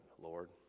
Lord